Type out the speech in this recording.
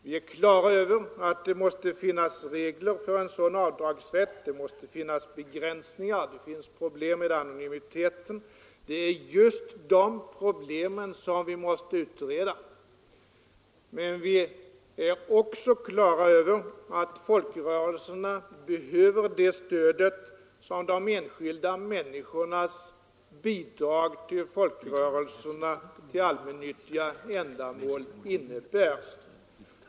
Vi är på det klara med att det måste finnas regler för en sådan avdragsrätt. Det måste finnas begränsningar. Det finns problem med anonymiteten. Det är just dessa problem vi måste utreda. Men vi är också på det klara med att folkrörelserna behöver det stöd som de enskilda människornas bidrag till folkrörelserna och till allmännyttiga ändamål utgör.